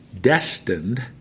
Destined